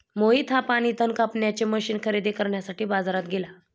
मोहित हा पाणी तण कापण्याचे मशीन खरेदी करण्यासाठी बाजारात गेला